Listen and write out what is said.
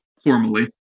Formally